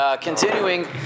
continuing